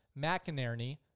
McInerney